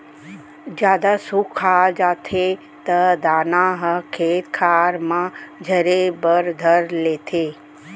जादा सुखा जाथे त दाना ह खेत खार म झरे बर धर लेथे